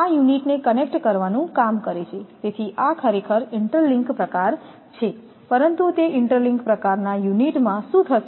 આ યુનિટને કનેક્ટ કરવાનું કામ કરે છે તેથી આ ખરેખર ઇન્ટરલિંક પ્રકાર છે પરંતુ તે ઇન્ટરલિંક પ્રકાર ના યુનિટમાં શું થશે